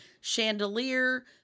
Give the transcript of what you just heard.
chandelier